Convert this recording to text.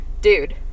dude